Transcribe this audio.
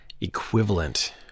equivalent